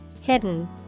Hidden